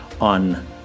on